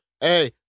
hey